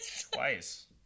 Twice